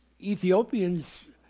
Ethiopians